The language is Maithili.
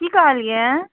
की कहलियै